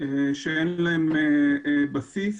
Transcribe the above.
שאין להן בסיס.